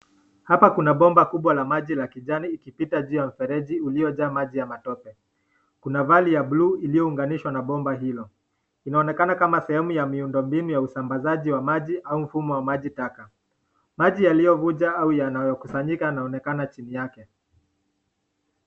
Hapa kuna bomba kubwa la maji la kijani ikipita juu ya mfereji uliojaa matope. Kuna valve ya buluu iliounganishwa kwa bomba hilo. Inaonekana kama sehemu ya miundo muhimu ya usambazaji wa maji au mfumo wa maji taka. Maji yaliyovuja au yaliyokusanyika yanaonekana chini yake